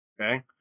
Okay